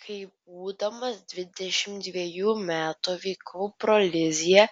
kai būdamas dvidešimt dvejų metų vykau pro lizjė